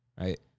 Right